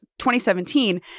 2017